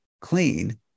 clean